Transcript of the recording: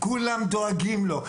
כולם דואגים לו.